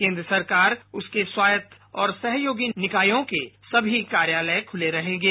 केन्द्र सरकार उसके स्वायत्त और सहयोगी निकायों के सभी कार्यालय खुले रहेंगे